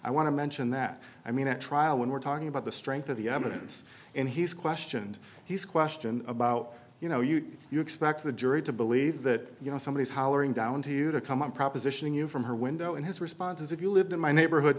i want to mention that i mean at trial when we're talking about the strength of the evidence and he's questioned he's questioned about you know you you expect the jury to believe that you know somebody hollering down to you to come on propositioning you from her window and his response is if you lived in my neighborhood